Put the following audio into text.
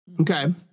Okay